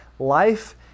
life